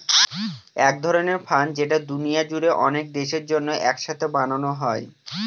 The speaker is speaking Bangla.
এক ধরনের ফান্ড যেটা দুনিয়া জুড়ে অনেক দেশের জন্য এক সাথে বানানো হয়